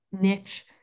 niche